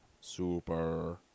super